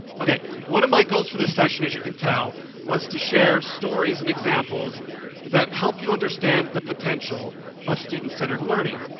one of my goals for this session as you can tell was to share stories and examples that help you understand the potential of student-centered learning,